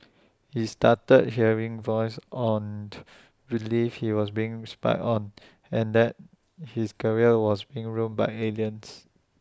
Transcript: he started hearing voices on believed he was being read spied on and that his career was being ruined by aliens